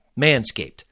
manscaped